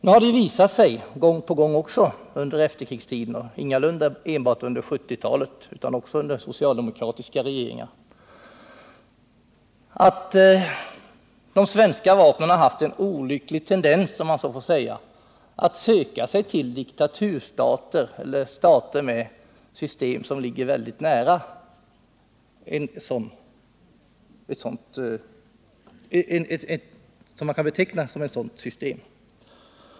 Nu har det visat sig gång på gång under efterkrigstiden — ingalunda enbart under 1970-talet utan också tidigare under socialdemokratiska regeringar — att de svenska vapnen har haft en olycklig tendens, om jag så får säga, att söka sig till diktaturstater eller stater med system som ligger väldigt nära en diktaturstats system.